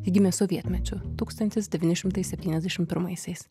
ji gimė sovietmečiu tūkstantis devyni šimtai septyniasdešim pirmaisiais